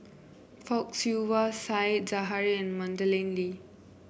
Fock Siew Wah Said Zahari and Madeleine Lee